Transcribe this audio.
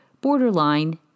borderline